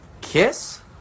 kiss